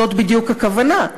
זאת בדיוק הכוונה,